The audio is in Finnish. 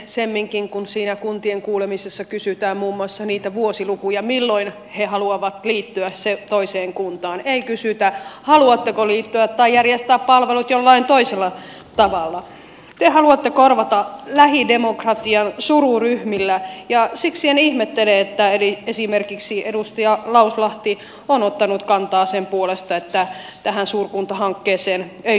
semminkin kun siinä kuntien kuulemisessa kysytään muun muassa niitä vuosilukuja milloin he haluavat liittyäkseen toiseen kuntaan ei kysytä haluatteko liittyä tai järjestää palvelut jollain toisella tavalla ja haluat korvataan lähidemokratian sururyhmillä ja siksi en ihmettele että äidin esimerkiksi edustajat lauslahti on ottanut kantaa sen puolesta että tähän suurkuntahankkeeseen ei